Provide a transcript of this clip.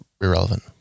Irrelevant